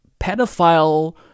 pedophile